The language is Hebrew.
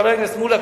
חבר הכנסת מולה,